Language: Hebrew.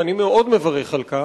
ואני מאוד מברך על כך,